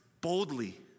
boldly